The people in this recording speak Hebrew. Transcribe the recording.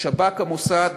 השב"כ והמוסד,